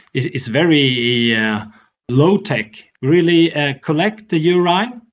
it's very yeah low-tech really ah collect the urine,